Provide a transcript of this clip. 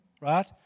Right